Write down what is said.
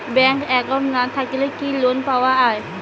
Bank account না থাকিলে কি লোন পাওয়া য়ায়?